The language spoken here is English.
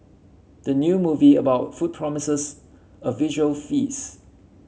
the new movie about food promises a visual feast